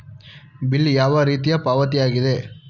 Bill ಯಾವ ರೀತಿಯ ಪಾವತಿಯಾಗಿದೆ?